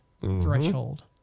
threshold